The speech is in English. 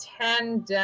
ten